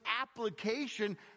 application